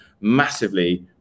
massively